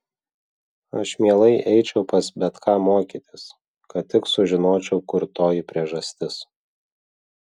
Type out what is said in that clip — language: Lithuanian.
aš mielai eičiau pas bet ką mokytis kad tik sužinočiau kur toji priežastis